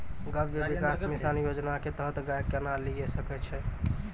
गव्य विकास मिसन योजना के तहत गाय केना लिये सकय छियै?